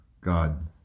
God